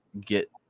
get